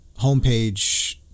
homepage